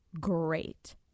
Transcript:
great